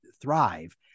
thrive